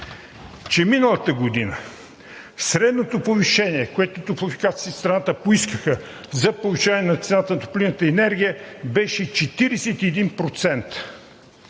че миналата година средното повишение, което топлофикациите в страната поискаха за повишаване цената на топлинната енергия, беше 41%.